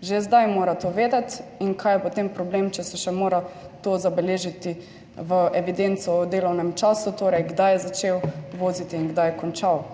Že zdaj mora to vedeti. In kaj je potem problem, če se še mora to zabeležiti v evidenco o delovnem času, torej kdaj je začel voziti in kdaj je končal.